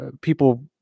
people